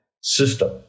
system